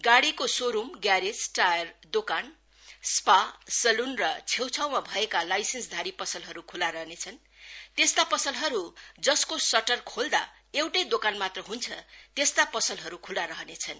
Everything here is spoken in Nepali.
गाडीको सोरूम ग्यारेज टायर दोकान स्पा सलून र छेउछाउमा भएका लाइसेन्सधारी पसलहरू खुला रहनेछन् त्यस्ता पसलहरू जसको सटर खोल्दा एउटै दोकान मात्र ह्न्छ त्यस्ता पसलहरू खुल्ला रहनेछन्